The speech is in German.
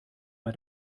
bei